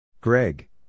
Greg